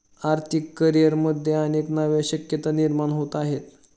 आर्थिक करिअरमध्ये अनेक नव्या शक्यता निर्माण होत आहेत